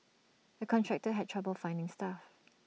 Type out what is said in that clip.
the contractor had trouble finding staff